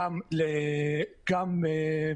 גם על